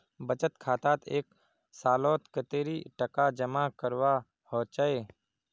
बचत खातात एक सालोत कतेरी टका जमा करवा होचए?